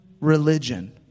religion